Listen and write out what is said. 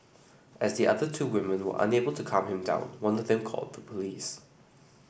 as the other two women were unable to calm him down one of them called the police